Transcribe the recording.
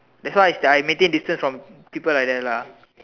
that's why I maintained distance from people like that lah